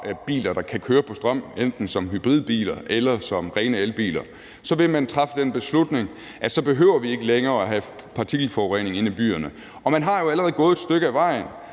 har biler, der kan køre på strøm, enten som hybridbiler eller som rene elbiler, så vil man træffe den beslutning, at så behøver vi ikke længere at have partikelforurening inde i byerne. Man har jo allerede gået et stykke ad vejen.